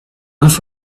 group